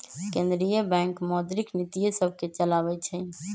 केंद्रीय बैंक मौद्रिक नीतिय सभके चलाबइ छइ